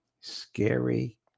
scary